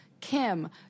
kim